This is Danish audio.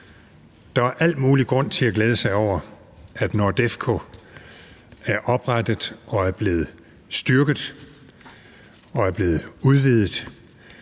Der er jo al mulig grund til at glæde sig over, at NORDEFCO er blevet oprettet og er blevet styrket og er blevet udvidet,